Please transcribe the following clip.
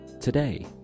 Today